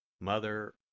Mother